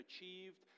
achieved